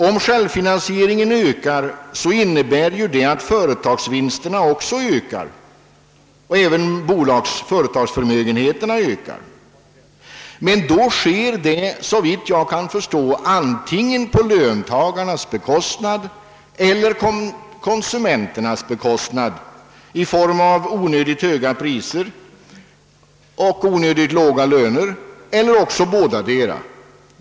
Om självfinansieringen ökar så innebär det att företagsvinsterna också ökar, liksom även bolagsoch företagsförmögenheterna. Men då sker det — såvitt jag kan förstå — antingen på löntagarnas eller konsumenternas bekostnad i form av onödigt höga priser och onödigt låga löner.